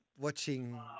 watching